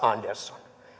andersson